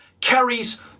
carries